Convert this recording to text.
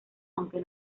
aunque